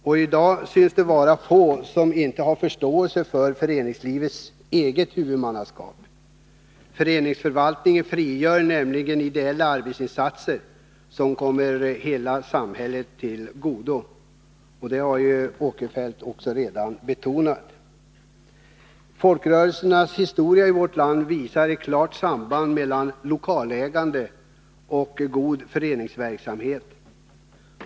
I dag synes det vara få som inte har förståelse för föreningslivets eget huvudmannaskap. Föreningsförvaltningen frigör nämligen ideella arbetsinsatser som kommer hela samhället till godo. Det har Sven Eric Åkerfeldt redan betonat. Folkrörelsernas historia i vårt land visar ett klart samband mellan lokalägande och god föreningsverksamhet.